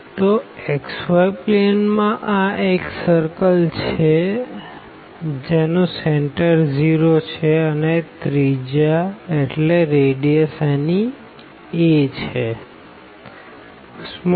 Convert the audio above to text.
તો xyપ્લેન માં આ એક સર્કલ છે જેનું સેન્ટર 0 છે અને રેડીઅસ a